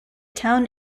town